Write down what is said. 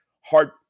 hard